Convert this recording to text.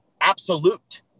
absolute